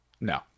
No